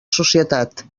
societat